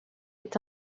est